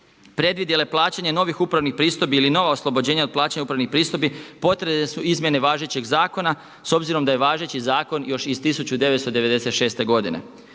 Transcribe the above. predvidjele plaćanje novih upravnih pristojbi ili nova oslobođenja od plaćanja upravnih pristojbi, potrebne su izmjene važećeg zakona s obzirom da je važeći zakon još iz 1996. godine,